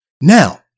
Now